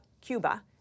Cuba